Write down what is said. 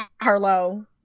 Harlow